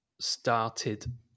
started